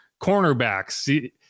cornerbacks